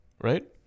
Right